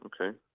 Okay